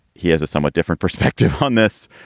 he has a somewhat different perspective on this.